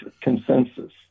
consensus